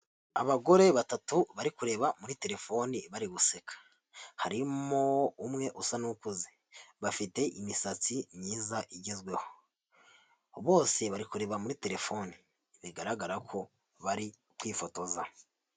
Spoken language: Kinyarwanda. Abagore batatu bari kureba muri telefoni bari guseka. Harimo umwe usa n'ukuze. Bafite imisatsi myiza igezweho. Bose bari kureba muri telefoni. Bigaragara ko bari kwifotoza.